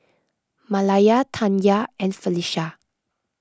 Malaya Tanya and Felisha